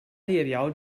列表